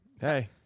Hey